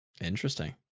Interesting